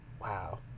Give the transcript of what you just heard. Wow